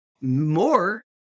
More